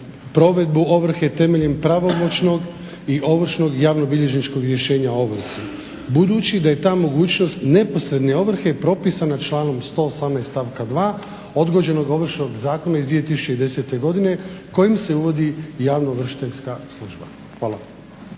provedbu ovrhe temeljem pravomoćnog i ovršnog javnobilježničkog rješenja o ovrsi budući da je ta mogućnost neposredne ovrhe propisana članom 118. stavaka 2. odgođenog Ovršnog zakona iz 2010. godine kojim se uvodi javno-ovršiteljska služba. Hvala.